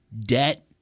debt